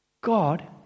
God